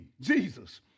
Jesus